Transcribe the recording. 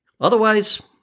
Otherwise